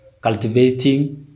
cultivating